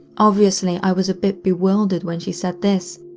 obviously i was a bit bewildered when she said this,